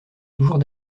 toujours